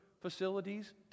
facilities